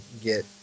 get